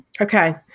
Okay